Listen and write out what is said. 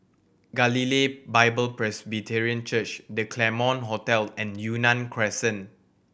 Galilee Bible Presbyterian Church The Claremont Hotel and Yunnan Crescent